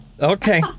Okay